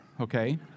okay